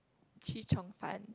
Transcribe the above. chee-cheong-fun